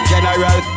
General